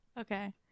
Okay